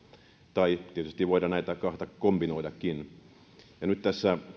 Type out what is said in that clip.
tai tietysti voidaan näitä kahta kombinoidakin nyt tässä